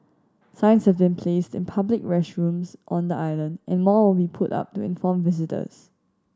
signs have been placed in public restrooms on the island and more will be put up to inform visitors